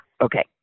Okay